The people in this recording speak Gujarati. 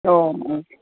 ઓહો